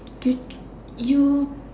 you you